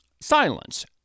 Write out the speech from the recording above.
Silence